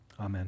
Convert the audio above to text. Amen